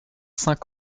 saint